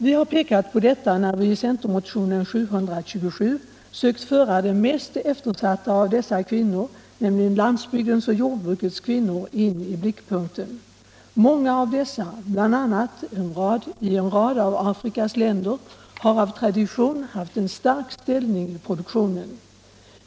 Vi har pekat på detta när vi i centermotionen 727 sökt föra de mest eftersatta, nämligen landsbygdens och jordbrukets kvinnor, in i blickpunkten. Många av dessa kvinnor, bl.a. i en rad av Afrikas länder, har av tradition haft en stark ställning i produktionen.